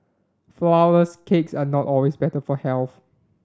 flowers cakes are not always better for health